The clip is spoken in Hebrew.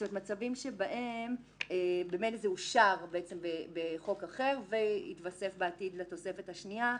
זאת אומרת מצבים שבהם זה אושר בחוק אחר והיתוסף בעתיד לתוספת השנייה.